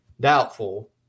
doubtful